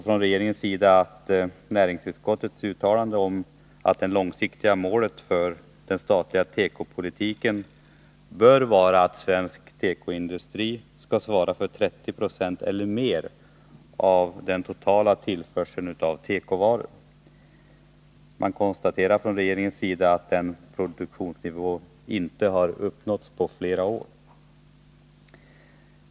Regeringen pekar också på näringsutskottets uttalande om att det långsiktiga målet för den statliga tekopolitiken bör vara att svensk tekoindustri skall svara för 30 96 eller mer av den totala tillförseln av tekovaror. Regeringen konstaterar att den produktionsnivån inte har uppnåtts på flera år.